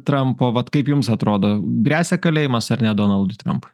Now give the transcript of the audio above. trampo vat kaip jums atrodo gresia kalėjimas ar ne donaldui trampui